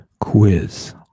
Quiz